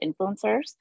influencers